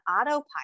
autopilot